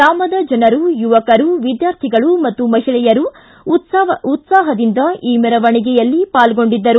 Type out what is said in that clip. ಗ್ರಾಮದ ಜನರು ಯುವಕರು ವಿದ್ವಾರ್ಥಿಗಳು ಮತ್ತು ಮಹಿಳೆಯರು ಉತ್ಸಾಹದಿಂದ ಈ ಮೆರವಣಿಗೆಯಲ್ಲಿ ಪಾಲ್ಗೊಂಡಿದ್ದರು